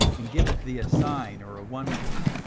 and giveth thee a sign or a wonder,